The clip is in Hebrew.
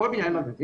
כל הבניינים,